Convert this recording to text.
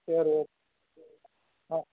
சரி ஓகே சரி ஆ